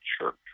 church